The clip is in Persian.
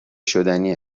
شدنی